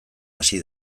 hasi